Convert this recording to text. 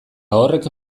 horrek